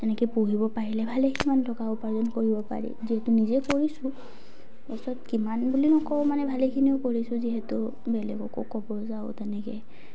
তেনেকে পুহিব পাৰিলে ভালে সিমান টকা উপাৰ্জন কৰিব পাৰি যিহেতু নিজে কৰিছোঁ কিমান বুলি নকওঁ মানে ভালেখিনিও কৰিছোঁ যিহেতু বেলেগকো ক'ব যাওঁ তেনেকে